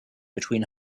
between